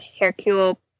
Hercule